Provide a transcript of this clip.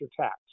tax